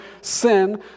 sin